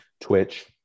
Twitch